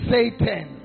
Satan